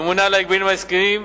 הממונה על ההגבלים העסקיים,